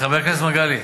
חבר הכנסת מגלי,